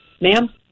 ma'am